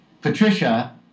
Patricia